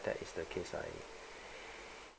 that is the case lah